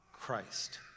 Christ